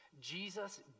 Jesus